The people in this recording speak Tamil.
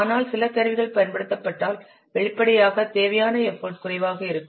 ஆனால் சில கருவிகள் பயன்படுத்தப்பட்டால் வெளிப்படையாக தேவையான எஃபர்ட் குறைவாக இருக்கும்